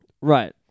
Right